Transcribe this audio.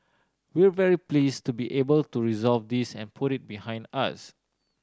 we're very pleased to be able to resolve this and put it behind us